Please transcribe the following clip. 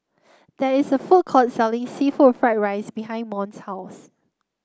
there is a food court selling seafood Fried Rice behind Mont's house